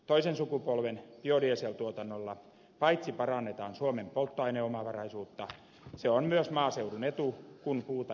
toisen sukupolven biodieseltuotannolla paitsi parannetaan suomen polttoaineomavaraisuutta on se myös maaseudun etu kun puuta jalostetaan pidemmälle